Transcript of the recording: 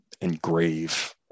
engrave